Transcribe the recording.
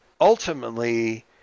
ultimately